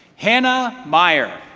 hannah meyer.